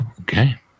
okay